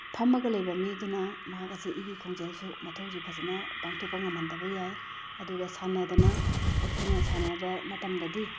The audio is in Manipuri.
ꯐꯝꯃꯒ ꯂꯩꯕ ꯃꯤꯗꯨꯅ ꯃꯍꯥꯛ ꯑꯁꯤ ꯏꯒꯤ ꯈꯣꯡꯖꯦꯜꯁꯨ ꯃꯊꯧꯁꯤ ꯐꯖꯅ ꯄꯥꯡꯊꯣꯛꯄ ꯉꯝꯍꯟꯗꯕ ꯌꯥꯏ ꯑꯗꯨꯒ ꯁꯥꯟꯅꯗꯅ ꯑꯩꯈꯣꯏꯅ ꯁꯥꯟꯅꯕ ꯃꯇꯝꯗꯗꯤ